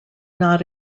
not